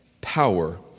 power